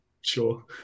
sure